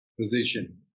position